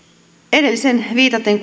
edelliseen viitaten